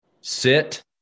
sit